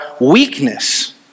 weakness